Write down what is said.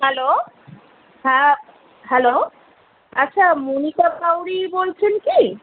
hello হ্যাঁ hello আচ্ছা মণিকা বাউড়ি বলছেন কি